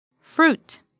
Fruit